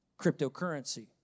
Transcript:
cryptocurrency